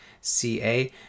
CA